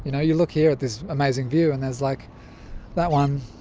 you know you look here at this amazing view and there's like that one.